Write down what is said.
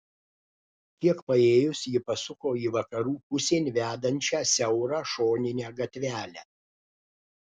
kiek paėjus ji pasuko į vakarų pusėn vedančią siaurą šoninę gatvelę